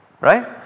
Right